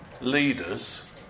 leaders